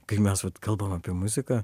kai mes kalbam apie muziką